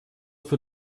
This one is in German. für